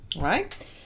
right